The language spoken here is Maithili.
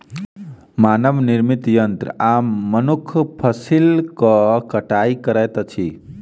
मानव निर्मित यंत्र आ मनुख फसिलक कटाई करैत अछि